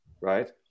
right